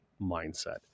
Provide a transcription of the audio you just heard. mindset